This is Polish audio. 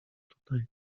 tutaj